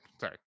sorry